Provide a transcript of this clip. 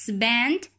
Spend